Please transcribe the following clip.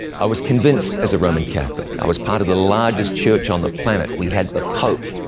i was convinced as a roman catholic i was part of the largest church on the planet. we had the pope.